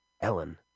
Ellen